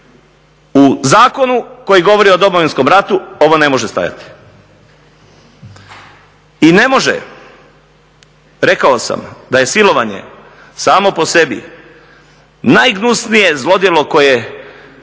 U zakonu koji govori o Domovinskom ratu ovo ne može stajati. I ne može, rekao sam da je silovanje samo po sebi najgnusnije zlodjelo koje